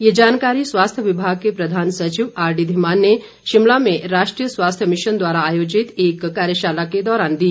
ये जानकारी स्वास्थ्य विभाग के प्रधान सचिव आरडी धीमान ने शिमला में राष्ट्रीय स्वास्थ्य भिशन द्वारा आयोजित एक कार्यशाला के दौरान दी